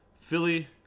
Philly